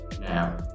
Now